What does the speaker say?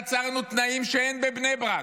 יצרנו תנאים שאין בבני ברק.